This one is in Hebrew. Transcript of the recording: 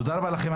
תודה רבה לכם.